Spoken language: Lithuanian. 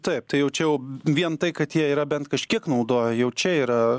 taip tai jau čia jau vien tai kad jie yra bent kažkiek naudoję jau čia yra